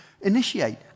initiate